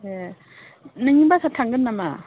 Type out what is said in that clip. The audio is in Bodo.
ए नोंनि बासा थांगोन नामा